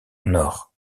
nord